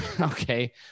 okay